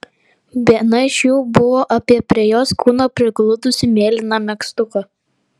viena iš jų buvo apie prie jos kūno prigludusį mėlyną megztuką